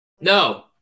no